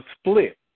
split